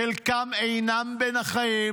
חלקם אינם בין החיים.